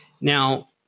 Now